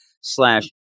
slash